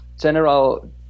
general